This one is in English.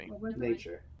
nature